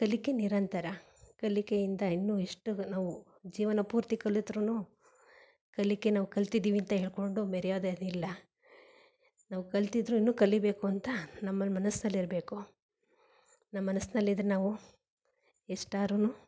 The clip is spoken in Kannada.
ಕಲಿಕೆ ನಿರಂತರ ಕಲಿಕೆಯಿಂದ ಇನ್ನು ಇಷ್ಟು ನಾವು ಜೀವನ ಪೂರ್ತಿ ಕಲಿತರೂ ಕಲಿಕೆ ನಾವು ಕಲಿತಿದ್ದೀವಿ ಅಂತ ಹೇಳಿಕೊಂಡು ಮೆರಿಯೋದೇನಿಲ್ಲ ನಾವು ಕಲಿತಿದ್ರು ಇನ್ನೂ ಕಲಿಬೇಕು ಅಂತ ನಮ್ಮ ಮನಸ್ಸಲ್ಲಿರಬೇಕು ನಮ್ಮ ಮನಸಿನಲ್ಲಿ ಇದ್ದರೆ ನಾವು ಎಷ್ಟಾದ್ರು